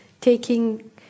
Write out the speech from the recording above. taking